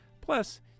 Plus